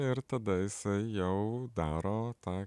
ir tada jisai jau daro tą